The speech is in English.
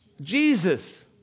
Jesus